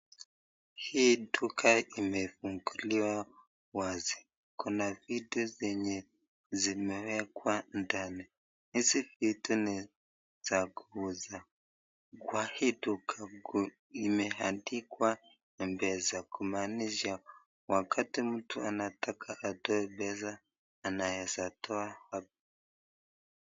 Hii duka imefinguliwa wazi. Kuna vitu zenye zimewekwa ndani, hizi vitu ni za kuuza. Kwa hii duka imeandikwa mpesa kumanisha wakati mtu anataka atoe pesa anaweza toa.